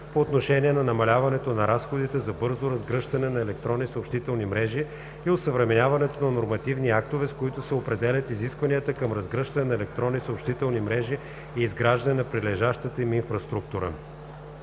по отношение на намаляването на разходите за бързо разгръщане на електронни съобщителни мрежи и осъвременяването на нормативни актове, с които се определят изисквания към разгръщане на електронни съобщителни мрежи и изграждане на прилежащата им инфраструктура.